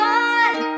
one